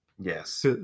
Yes